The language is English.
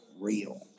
real